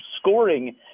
scoring